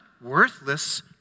worthless